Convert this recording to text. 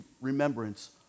remembrance